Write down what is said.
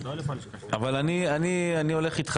אבל אני הולך איתך,